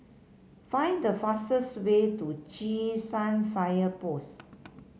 find the fastest way to San Fire Post